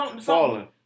Fallen